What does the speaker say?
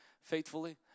faithfully